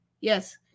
Yes